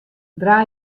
draai